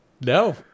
No